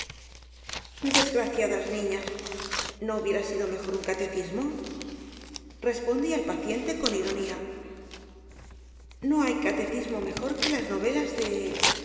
desgraciadas niñas no hubiera sido mejor un catecismo respondía el paciente con ironía j no hay catecismo mejor que las novelas de